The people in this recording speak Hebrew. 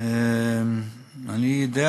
אני יודע,